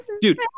Dude